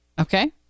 okay